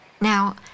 Now